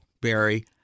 Barry